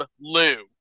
Lou